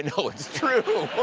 know, it's true.